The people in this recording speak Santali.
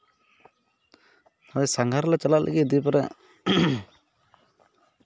ᱦᱳᱭ ᱥᱟᱸᱜᱷᱟᱨ ᱞᱮ ᱪᱟᱞᱟᱜ ᱞᱟᱹᱜᱤᱫ ᱫᱤᱭᱮᱯᱚᱨᱮ